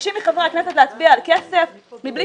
מבקשים מחברי הכנסת להצביע על כסף מבלי